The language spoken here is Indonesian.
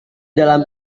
dalam